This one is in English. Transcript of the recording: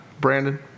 Brandon